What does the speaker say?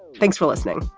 thanks for listening.